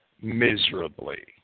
miserably